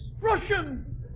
Russian